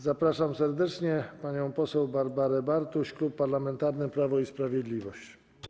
Zapraszam serdecznie panią poseł Barbarę Bartuś, Klub Parlamentarny Prawo i Sprawiedliwość.